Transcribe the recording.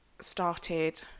started